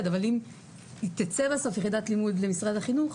אבל אם תצא בסוף יחידת לימוד למשרד החינוך,